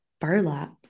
burlap